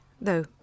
though